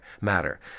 matter